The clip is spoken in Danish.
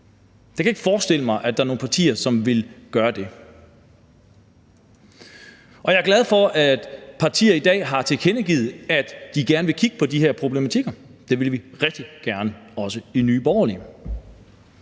Jeg kan ikke forestille mig, at der er nogen partier, som ville gøre det. Og jeg er glad for, at partier i dag har tilkendegivet, at de gerne vil kigge på de her problematikker. Det vil vi også rigtig gerne i Nye Borgerlige.